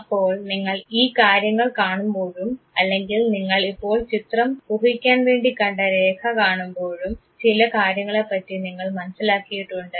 അപ്പോൾ നിങ്ങൾ ഈ കാര്യങ്ങൾ കാണുമ്പോഴും അല്ലെങ്കിൽ നിങ്ങൾ ഇപ്പോൾ ചിത്രം ഊഹിക്കാൻ വേണ്ടി കണ്ട രേഖ കാണുമ്പോഴും ചില കാര്യങ്ങളെപ്പറ്റി നിങ്ങൾ മനസ്സിലാക്കിയിട്ടുണ്ട്